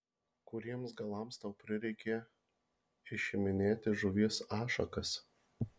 kuriems galams tau prireikė išiminėti žuvies ašakas